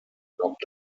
knocked